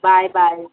bye bye